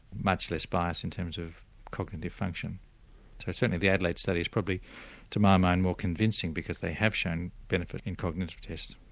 much less bias in terms of cognitive function. so certainly the adelaide studies probably to my mind more convincing because they have shown benefit in cognitive tests.